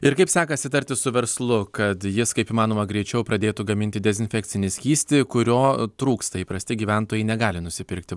ir kaip sekasi tartis su verslu kad jis kaip įmanoma greičiau pradėtų gaminti dezinfekcinį skystį kurio trūksta įprasti gyventojai negali nusipirkti